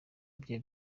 bye